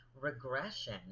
Regression